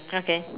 okay